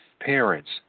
parents